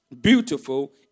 beautiful